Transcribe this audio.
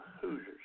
Hoosiers